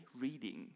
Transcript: reading